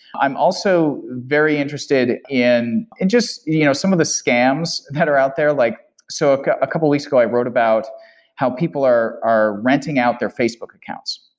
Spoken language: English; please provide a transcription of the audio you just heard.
i'm also very interested in and just you know some of the scams that are out there, like so a couple of weeks ago i wrote about how people are are renting out their facebook accounts.